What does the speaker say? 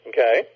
Okay